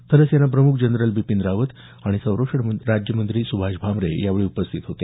थलसेना प्रमुख जनरल बिपीन रावत आणि संरक्षण राज्यमंत्री सुभाष भामरे यावेळी उपस्थित होते